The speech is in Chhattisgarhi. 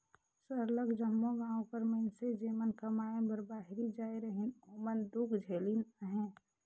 सरलग जम्मो गाँव कर मइनसे जेमन कमाए बर बाहिरे जाए रहिन ओमन दुख झेलिन अहें